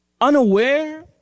unaware